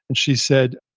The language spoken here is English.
and she said,